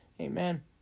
Amen